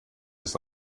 ist